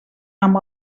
amb